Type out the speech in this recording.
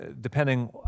depending